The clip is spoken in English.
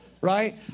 Right